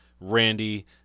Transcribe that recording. Randy